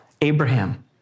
Abraham